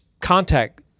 contact